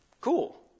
cool